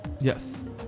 yes